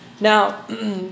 Now